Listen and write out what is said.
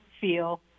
feel